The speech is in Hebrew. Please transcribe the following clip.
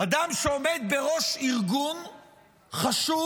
אדם שעומד בראש ארגון חשוב,